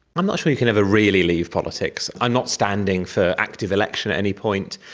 i'm not sure you can ever really leave politics. i'm not standing for active election at any point,